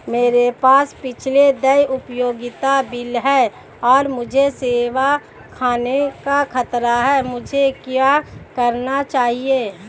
मेरे पास पिछले देय उपयोगिता बिल हैं और मुझे सेवा खोने का खतरा है मुझे क्या करना चाहिए?